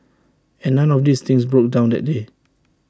and none of these things broke down that day